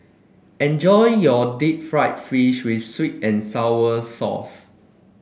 enjoy your Deep Fried Fish with sweet and sour sauce